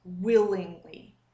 willingly